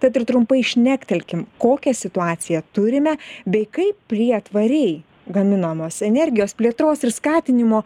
tad ir trumpai šnektelkim kokią situaciją turime bei kaip prie tvariai gaminamos energijos plėtros ir skatinimo